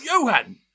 Johan